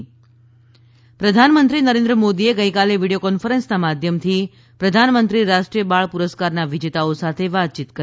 ે પ્રધાનમંત્રી નરેન્દ્ર મોદીએ ગઈકાલે વીડિયો કોન્ફરન્સના માધ્યમથી પ્રધાનમંત્રી રાષ્ટ્રીય બાળ પુરસ્કારના વિજેતાઓ સાથે વાતચીત કરી